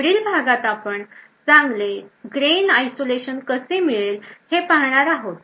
पुढील भागात आपण चांगले grainned isolation कसे मिळेल हे पाहणार आहोत